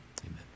Amen